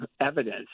evidence